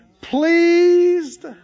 pleased